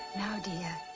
now dear,